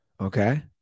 Okay